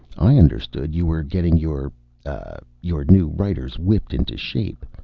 i understood you were getting your ah your new writers whipped into shape.